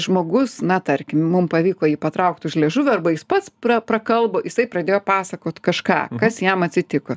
žmogus na tarkim mum pavyko jį patraukti už liežuvio arba jis pats prakalbo jisai pradėjo pasakot kažką kas jam atsitiko